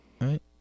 right